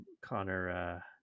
Connor